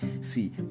See